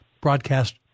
broadcast